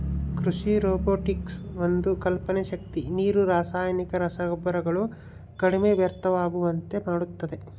ಕೃಷಿ ರೊಬೊಟಿಕ್ಸ್ ಒಂದು ಕಲ್ಪನೆ ಶಕ್ತಿ ನೀರು ರಾಸಾಯನಿಕ ರಸಗೊಬ್ಬರಗಳು ಕಡಿಮೆ ವ್ಯರ್ಥವಾಗುವಂತೆ ಮಾಡುತ್ತದೆ